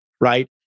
Right